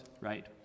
right